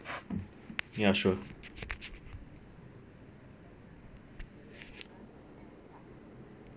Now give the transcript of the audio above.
ya sure